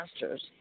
Masters